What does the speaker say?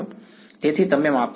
વિદ્યાર્થી તેથી તમે માપશો